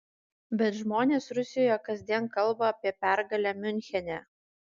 bet žmonės rusijoje kasdien kalba apie pergalę miunchene